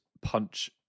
punch